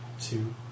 Two